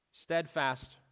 steadfast